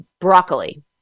broccoli